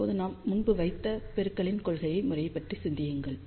இப்போது நாம் முன்பு விவாதித்த பெருக்கலின் கொள்கை முறையைப் பற்றி சிந்தியுங்கள்